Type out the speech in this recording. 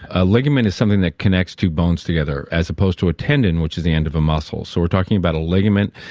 a ligament is something that connects two bones together, as opposed to a tendon which is the end of the muscle. so we're talking about a ligament.